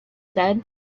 said